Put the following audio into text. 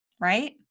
Right